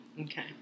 Okay